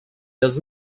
does